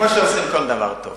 כמו שהורסים כל דבר טוב.